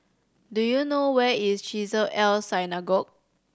do you know where is Chesed El Synagogue